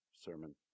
sermon